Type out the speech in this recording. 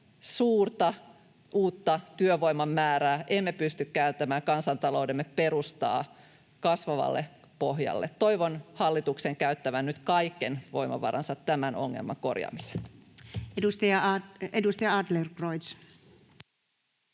suurta uuden työvoiman määrää emme pysty kääntämään kansantaloutemme perustaa kasvavalle pohjalle. Toivon hallituksen käyttävän nyt kaiken voimavaransa tämän ongelman korjaamiseen. [Speech